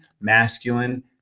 masculine